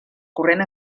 corrent